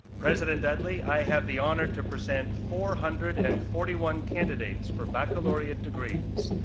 president dudley, i have the honor to present four hundred and forty one candidates for baccalaureate degrees.